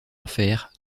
enfer